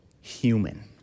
human